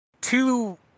two